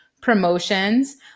Promotions